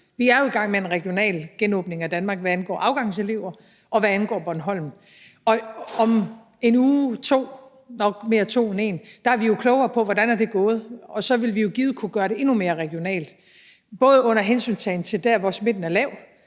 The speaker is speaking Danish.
Vi er jo i gang med en regional genåbning af Danmark, hvad angår afgangselever, og hvad angår Bornholm, og om en uge eller to – det er nok i højere grad to end en – er vi jo klogere på, hvordan det er gået, og så vil vi jo givet kunne gøre endnu mere regionalt, både under hensyntagen til, hvor smitten er lav,